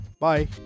Bye